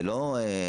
זה לא בסדר,